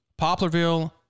Poplarville